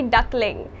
Duckling